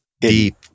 deep